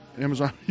Amazon